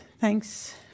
Thanks